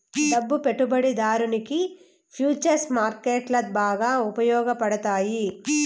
డబ్బు పెట్టుబడిదారునికి ఫుచర్స్ మార్కెట్లో బాగా ఉపయోగపడతాయి